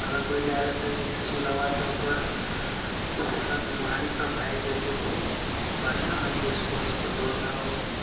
अगर कोइ लै लेतय शुद्ध हवा तऽ ओकर सब बीमारी सब भागि जाइ छै बहुत बढ़िआँ होइ छै सुबहके दौड़ना आओर